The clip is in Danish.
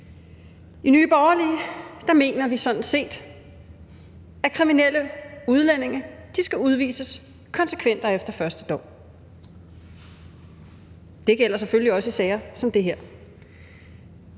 I Nye Borgerlige mener vi sådan set, at kriminelle udlændinge skal udvises konsekvent og efter første dom, og det gælder selvfølgelig også i sager som de her.